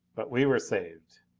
but we were saved.